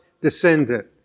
descendant